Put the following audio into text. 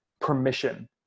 permission